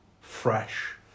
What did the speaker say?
fresh